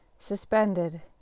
suspended